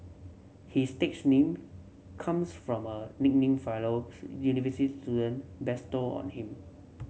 his stage name comes from a nickname fellow university student bestowed on him